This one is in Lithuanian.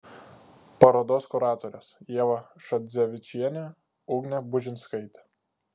parodos kuratorės ieva šadzevičienė ugnė bužinskaitė